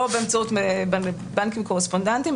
לא באמצעות בנקים קורספונדנטים.